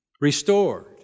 Restored